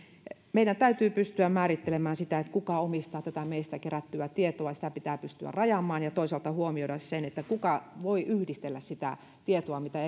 meidän täytyy pystyä määrittelemään sitä kuka omistaa tätä meistä kerättyä tietoa sitä pitää pystyä rajaamaan ja toisaalta huomioida se kuka voi yhdistellä sitä tietoa mitä